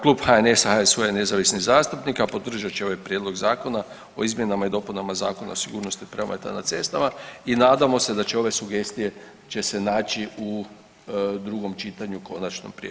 Klub HNS-a, HSU-a i nezavisnih zastupnika podržat će ovaj prijedlog zakona o izmjenama i dopunama Zakona o sigurnosti prometa na cestama i nadamo se da će ove sugestije će se naći u drugom čitanju konačnom